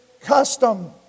custom